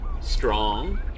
Strong